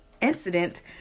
incident